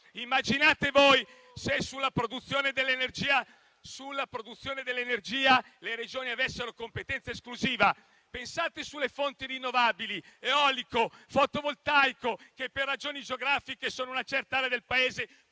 immaginate se sulla produzione dell'energia le Regioni avessero competenza esclusiva. Pensate alle fonti rinnovabili (eolico e fotovoltaico), che per ragioni geografiche si trovano in una certa area del Paese